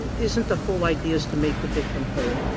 isn't the whole idea is to make the victim whole?